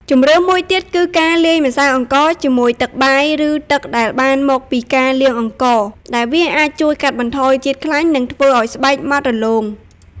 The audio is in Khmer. ជម្រើសមួយទៀតគឺ លាយម្សៅអង្ករជាមួយទឹកបាយ ឬទឹកដែលបានមកពីការលាងអង្ករ ដែលវាអាចជួយកាត់បន្ថយជាតិខ្លាញ់ និងធ្វើឱ្យស្បែកម៉ត់រលោង។